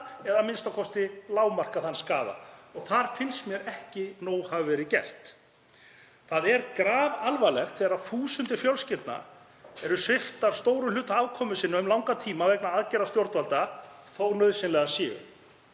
eða a.m.k. lágmarka þann skaða og þar finnst mér ekki nóg hafa verið gert. Það er grafalvarlegt þegar þúsundir fjölskyldna eru sviptar stórum hluta af afkomu sinni um langan tíma vegna aðgerða stjórnvalda þótt nauðsynlegar séu.